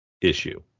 issue